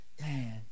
Man